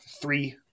three